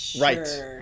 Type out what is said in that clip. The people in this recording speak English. Right